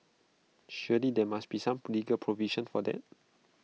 surely there must be some legal provision for that